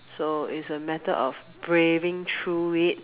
so is a matter of braving through it